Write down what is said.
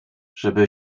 żeby